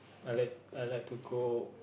I like I like to cook